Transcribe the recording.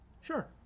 Sure